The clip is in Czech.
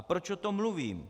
Proč o tom mluvím?